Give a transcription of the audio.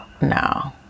No